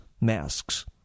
masks